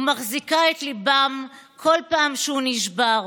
ומחזיקה את ליבם בכל פעם שהוא נשבר,